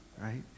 right